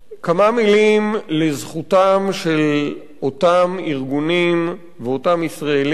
כמה מלים לזכותם של אותם ארגונים ואותם ישראלים